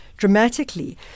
dramatically